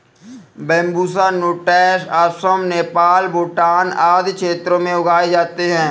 Bambusa nutans Assam, Nepal, Bhutan आदि क्षेत्रों में उगाए जाते है